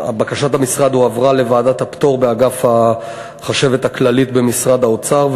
בקשת המשרד הועברה לוועדת הפטור באגף החשבת הכללית במשרד האוצר,